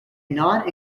non